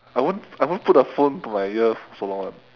I won't I won't put the phone to my ear for so long [one]